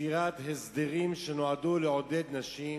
ביצירת הסדרים שנועדו לעודד נשים